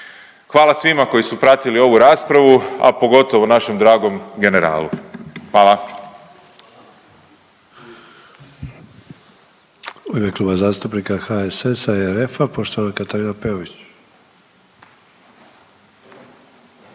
Hvala svima koji su pratili ovu raspravu, a pogotovo našem dragom generalu. Hvala.